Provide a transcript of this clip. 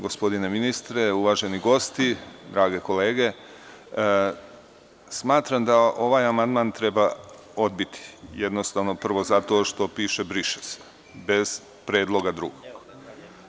Gospodine ministre, uvaženi gosti, drage kolege, smatram da ovaj amandman treba odbiti, prvo zbog toga što piše – briše se, bez predloga drugog.